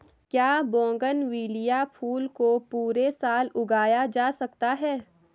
क्या बोगनविलिया फूल को पूरे साल उगाया जा सकता है?